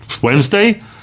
Wednesday